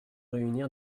réunir